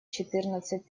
четырнадцать